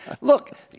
Look